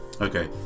Okay